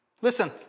Listen